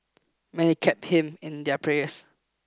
many kept him in their prayers